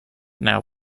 now